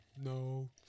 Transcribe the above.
no